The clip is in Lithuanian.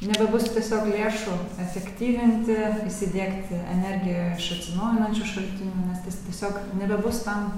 nebebus tiesiog lėšų efektyvinti įsidiegti energiją iš atsinaujinančių šaltinių nes tiesiog nebebus tam